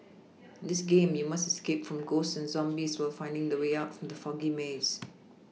this game you must escape from ghosts and zombies while finding the way out from the foggy maze